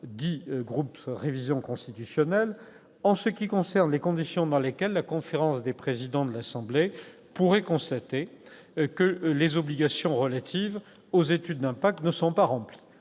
sur la révision constitutionnelle en ce qui concerne les conditions dans lesquelles la conférence des présidents de l'assemblée pourrait constater que les obligations relatives aux études d'impact ne sont pas remplies.